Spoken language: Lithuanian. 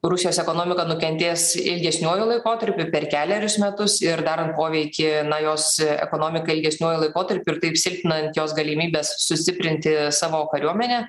rusijos ekonomika nukentės ilgesniuoju laikotarpiu per kelerius metus ir darant poveikį nuo jos ekonomika ilgesniuoju laikotarpiu ir taip silpninant jos galimybes sustiprinti savo kariuomenę